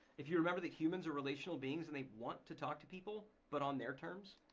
if you remember that humans are relational beings and they want to talk to people but on their terms.